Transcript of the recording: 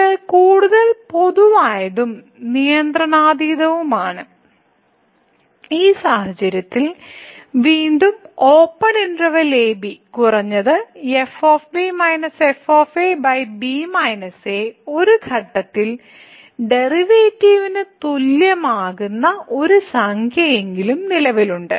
ഇത് കൂടുതൽ പൊതുവായതും നിയന്ത്രണാതീതവുമാണ് ഈ സാഹചര്യത്തിൽ വീണ്ടും ഓപ്പൺ ഇന്റെർവെല്ലിൽ a b കുറഞ്ഞത് ഒരു ഘട്ടത്തിൽ ഡെറിവേറ്റീവിന് തുല്യമാകുന്ന ഒരു സംഖ്യയെങ്കിലും നിലവിലുണ്ട്